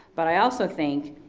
but i also think,